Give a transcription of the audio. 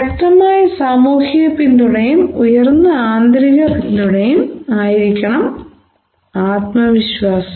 ശക്തമായ സാമൂഹിക പിന്തുണയും ഉയർന്ന ആന്തരിക പിന്തുണയും ആയിരിക്കണം ആത്മവിശ്വാസം